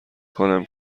کنم